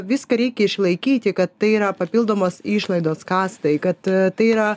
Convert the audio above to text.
viską reikia išlaikyti kad tai yra papildomos išlaidos kastai kad tai yra